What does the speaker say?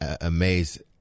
amazed